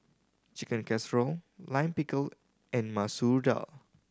Chicken Casserole Lime Pickle and Masoor Dal